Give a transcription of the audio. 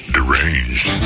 Deranged